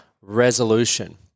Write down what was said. resolution